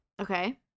okay